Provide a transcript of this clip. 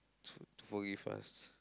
to forgive us